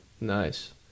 nice